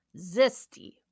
Zesty